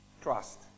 Trust